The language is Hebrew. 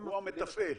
הוא המתפעל.